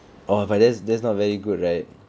oh but that's that's not very good right